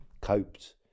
coped